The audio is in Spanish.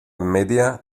media